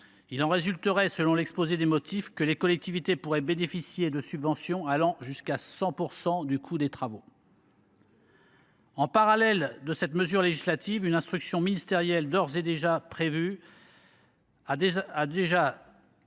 Il en résulterait, selon l’exposé des motifs, que les collectivités pourraient bénéficier de subventions allant jusqu’à 100 % du coût des travaux. En parallèle de cette mesure législative, une instruction ministérielle a d’ores et déjà prévu la